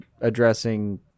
addressing